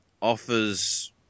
offers